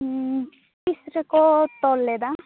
ᱩᱸ ᱛᱤᱥᱨᱮᱠᱚ ᱛᱚᱞ ᱞᱮᱫᱟ